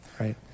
Right